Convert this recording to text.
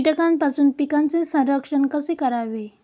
कीटकांपासून पिकांचे संरक्षण कसे करावे?